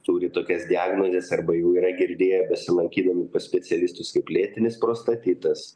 turi tokias diagnozes arba jau yra girdėję besilankydami pas specialistus kaip lėtinis prostatitas